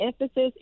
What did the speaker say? emphasis